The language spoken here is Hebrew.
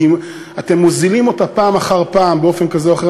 כי אתם מוזילים אותה פעם אחר פעם באופן כזה או אחר.